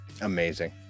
Amazing